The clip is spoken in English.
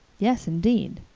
yes, indeed.